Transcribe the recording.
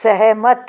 सहमत